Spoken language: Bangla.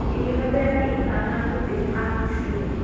এইভাবে আমি রান্নার প্রতি আকৃষ্ট হই